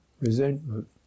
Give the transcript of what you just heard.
resentment